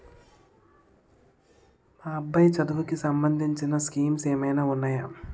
మా అబ్బాయి చదువుకి సంబందించిన స్కీమ్స్ ఏమైనా ఉన్నాయా?